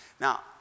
Now